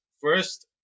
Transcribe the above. first